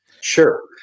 Sure